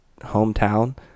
hometown